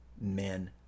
men